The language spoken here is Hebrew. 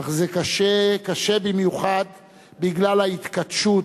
אך זה קשה במיוחד בגלל ההתכתשות,